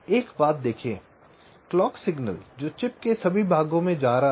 एक बात देखें क्लॉक सिग्नल जो चिप के सभी भागों में जा रही है